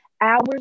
hours